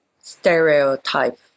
stereotype